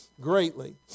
greatly